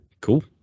cool